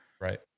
Right